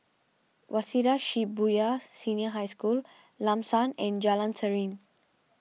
Waseda Shibuya Senior High School Lam San and Jalan Serene